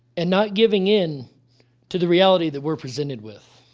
and not giving in to the reality that we're presented with.